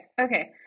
Okay